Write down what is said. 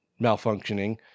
malfunctioning